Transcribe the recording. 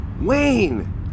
Wayne